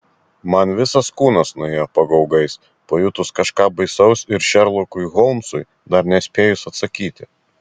man visas kūnas nuėjo pagaugais pajutus kažką baisaus ir šerlokui holmsui dar nespėjus atsakyti